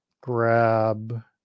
grab